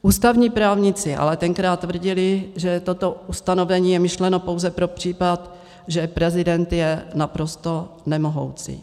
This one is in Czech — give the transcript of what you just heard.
Ústavní právníci ale tenkrát tvrdili, že toto ustanovení je myšleno pouze pro případ, že prezident je naprosto nemohoucí.